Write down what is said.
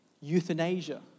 euthanasia